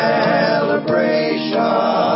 celebration